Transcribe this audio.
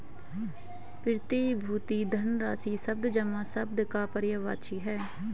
प्रतिभूति धनराशि शब्द जमा शब्द का पर्यायवाची है